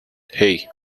hey